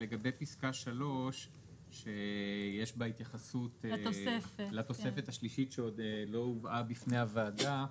לגבי פסקה 3 שיש בה התייחסות לתוספת השלישית שעוד לא הובאה בפני הוועדה,